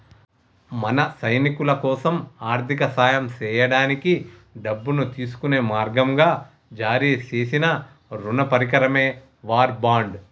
మన సైనికులకోసం ఆర్థిక సాయం సేయడానికి డబ్బును తీసుకునే మార్గంగా జారీ సేసిన రుణ పరికరమే వార్ బాండ్